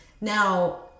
Now-